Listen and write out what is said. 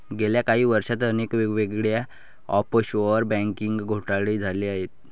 गेल्या काही वर्षांत अनेक वेगवेगळे ऑफशोअर बँकिंग घोटाळे झाले आहेत